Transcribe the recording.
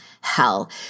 hell